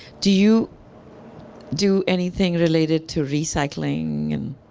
do you do anything related to recycling and?